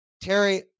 Terry